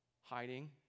Hiding